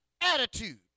attitude